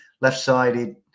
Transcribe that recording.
left-sided